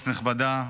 כנסת נכבדה,